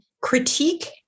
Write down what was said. critique